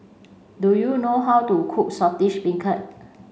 do you know how to cook Saltish Beancurd